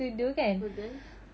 betul